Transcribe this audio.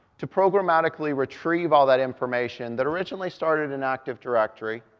to programatically retrieve all that information that originally started in active directory.